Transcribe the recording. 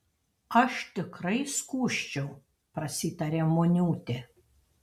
aš tikrai skųsčiau prasitarė muniūtė